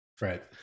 Right